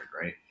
Right